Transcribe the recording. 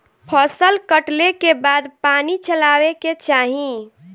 फसल कटले के बाद पानी चलावे के चाही